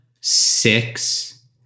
six